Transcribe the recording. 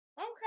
Okay